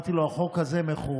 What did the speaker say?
אמרתי לו: החוק הזה מחורר,